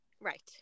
Right